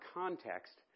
context